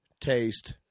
taste